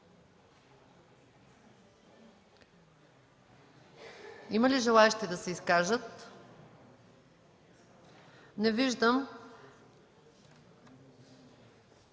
Има ли желаещи да се изкажат? Не виждам.